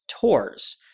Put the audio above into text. tours